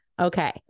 Okay